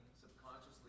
subconsciously